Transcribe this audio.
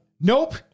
Nope